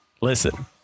Listen